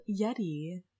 Yeti